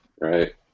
Right